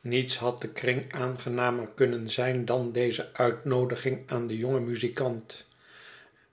niets had den kleinen kring aangenamer kunnen zijn dan deze uitnoodiging aan den jongen muzikant